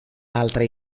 altre